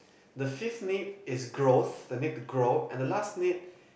the fifth need is growth the need to grow and the last need